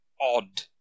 odd